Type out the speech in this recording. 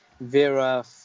Vera